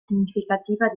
significativa